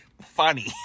funny